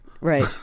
Right